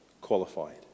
qualified